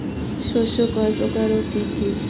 শস্য কয় প্রকার কি কি?